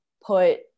put